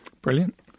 brilliant